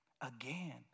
Again